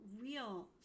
real